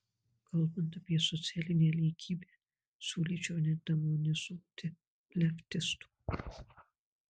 kalbant apie socialinę lygybę siūlyčiau nedemonizuoti leftistų